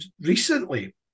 recently